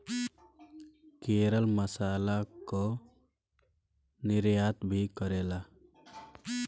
केरल मसाला कअ निर्यात भी करेला